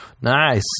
nice